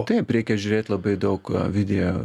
taip reikia žiūrėt labai daug video